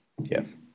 yes